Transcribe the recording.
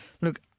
look